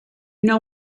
know